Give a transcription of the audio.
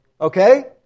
Okay